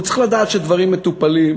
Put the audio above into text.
הוא צריך לדעת שדברים מטופלים,